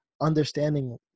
understanding